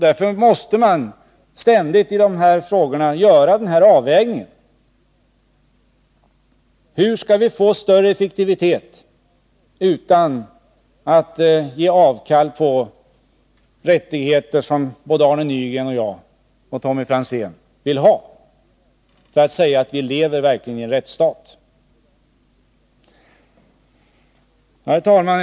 Därför måste man i dessa frågor ständigt göra denna avvägning: Hur skall vi få större effektivitet utan att göra avkall på de rättigheter som både Arne Nygren, Tommy Franzén och jag vill att vi skall ha för att kunna säga att vi verkligen lever i en rättsstat. Herr talman!